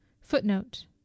Footnote